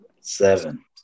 Seven